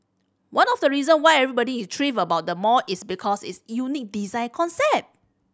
one of the reason why everybody is thrilled about the mall is because its unique design concept